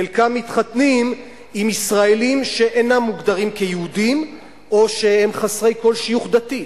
חלקם מתחתנים עם ישראלים שאינם מוגדרים יהודים או שהם חסרי כל שיוך דתי.